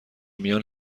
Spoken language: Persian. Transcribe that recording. میان